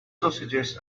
sausages